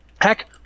Heck